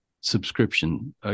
subscription